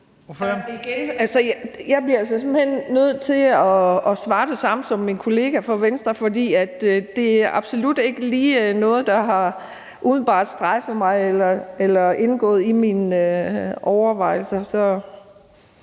simpelt hen nødt til at svare det samme som min kollega fra Venstre, for det er absolut ikke lige noget, der umiddelbart har strejfet mig eller indgået i mine overvejelser,